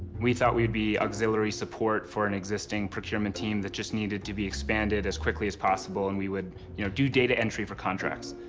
we thought we'd be auxiliary support for an existing procurement team that just needed to be expanded as quickly as possible. and we would you know do data entry for contracts.